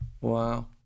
wow